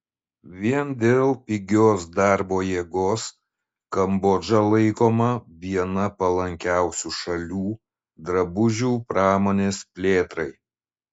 vien dėl pigios darbo jėgos kambodža laikoma viena palankiausių šalių drabužių pramonės plėtrai